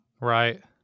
Right